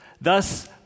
thus